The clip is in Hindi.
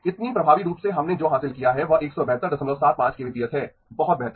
इतनी प्रभावी रूप से हमने जो हासिल किया है वह 17275 kbps है बहुत बेहतर